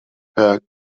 were